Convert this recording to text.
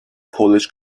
polish